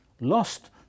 lost